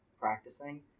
practicing